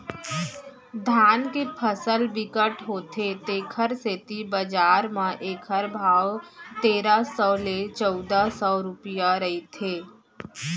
धान के फसल बिकट होथे तेखर सेती बजार म एखर भाव तेरा सव ले चउदा सव रूपिया रहिथे